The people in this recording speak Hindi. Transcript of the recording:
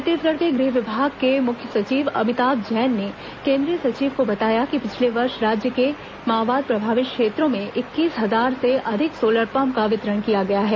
छत्तीसगढ़ के गृह विभाग के मुख्य सचिव अमिताभ जैन ने केंद्रीय सचिव को बताया कि पिछले वर्ष राज्य के माओवाद प्रभावित क्षेत्रों में इक्कीस हजार से अधिक सोलर पम्प का वितरण किया गया है